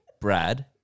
Brad